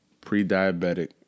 Pre-diabetic